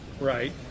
Right